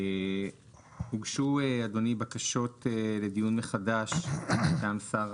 הוגשו אדוני בקשות לדיון מחדש מטעם שר